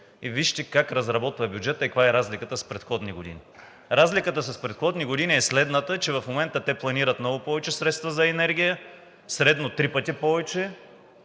и вижте как разработва бюджета и каква е разликата с предходни години. Разликата с предходни години е следната, че в момента те планират много повече средства за енергия – средно три пъти повече.